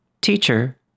Teacher